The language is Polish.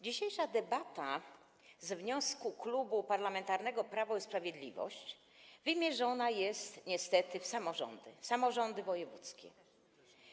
Dzisiejsza debata nad wnioskiem Klubu Parlamentarnego Prawo i Sprawiedliwość wymierzona jest niestety w samorządy, samorządy wojewódzkie.